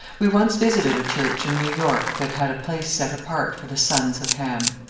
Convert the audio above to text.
we once visited a church in new york that had a place set apart for the sons of ham.